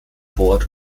bord